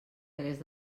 hagués